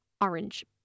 orange